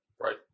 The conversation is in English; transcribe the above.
right